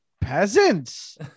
peasants